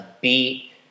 beat